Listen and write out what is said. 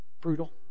Brutal